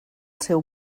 seu